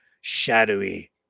shadowy